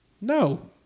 No